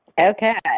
Okay